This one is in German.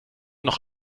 noch